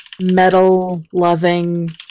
metal-loving